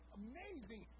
amazing